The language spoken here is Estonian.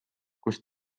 kus